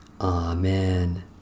Amen